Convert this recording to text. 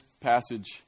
passage